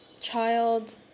child